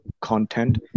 content